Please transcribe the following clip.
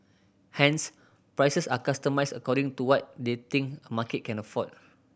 hence prices are customised according to what they think a market can afford